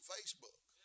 Facebook